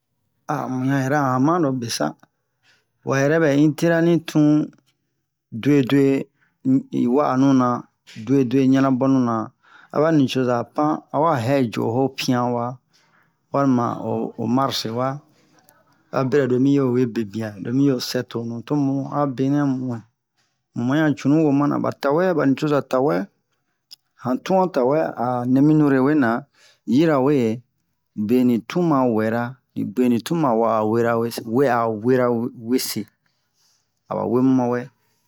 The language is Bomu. muyan yɛrɛ a yamanobe sa wa yɛrɛbɛ'i tirani tun dwedwe nu wa'anuna dwedwe ɲanabonu na aba nicozara pan awa hɛ jo'o pianwa walima ho mars wa abira lo mi'o we bebian lo mi'o sɛ tonu tomu'a benɛ muɲa mu mayan cunu wo mana ba tawɛ bani coza tawɛ han tuan tawɛ anɛ mi nure wɛna yirawe beni tun ma wɛra beni tun ma wa'a werawese we'a werawese aba wemu mawɛ